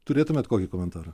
turėtumėt kokį komentarą